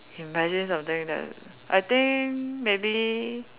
imagine something that I think maybe